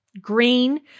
green